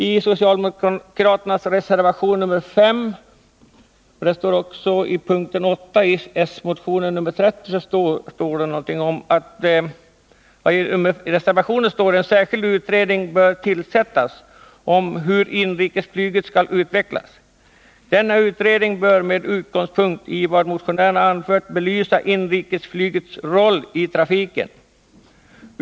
I socialdemokraternas reservation nr 5 står fölljande: ”Utskottet anser mot denna bakgrund att en särskild utredning bör tillsättas om hur inrikesflyget skall utvecklas. Denna utredning bör med utgångspunkt i vad motionärerna anfört belysa inrikesflygets roll i trafikpolitiken.